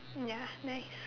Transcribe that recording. ya nice